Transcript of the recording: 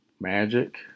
magic